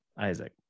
Isaac